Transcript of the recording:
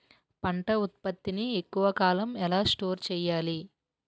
పంట ఉత్పత్తి ని ఎక్కువ కాలం ఎలా స్టోర్ చేయాలి?